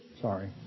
Sorry